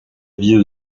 vie